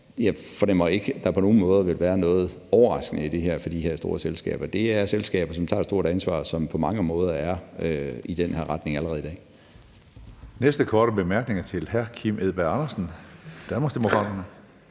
jeg fornemmer ikke, at der på nogen måde vil være noget overraskende i det her for de her store selskaber. Det er selskaber, som tager et stort ansvar, og som på mange måder har bevæget sig i den her retning allerede i dag. Kl. 15:11 Tredje næstformand (Karsten Hønge): Næste korte bemærkning er til hr. Kim Edberg Andersen, Danmarksdemokraterne.